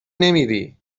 نمیری